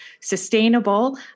sustainable